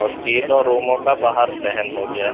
اور تینوں روموں کا باہر صحن ہو گیا